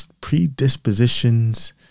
predispositions